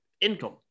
income